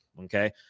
okay